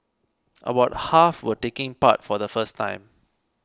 about half were taking part for the first time